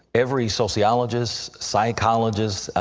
every sociologist, psychologist,